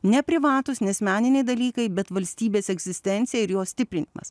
ne privatūs ne asmeniniai dalykai bet valstybės egzistencija ir jos stiprinimas